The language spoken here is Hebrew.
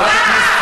מסורבת הגט.